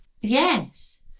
Yes